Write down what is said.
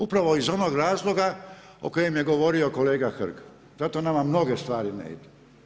Upravo iz onog razloga, o kojem je govorio kolega Hrg, zato nama mnoge stvari ne idu.